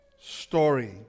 Story